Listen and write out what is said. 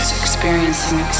experiencing